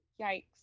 Yikes